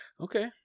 Okay